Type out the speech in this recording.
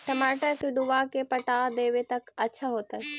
टमाटर के डुबा के पटा देबै त अच्छा होतई?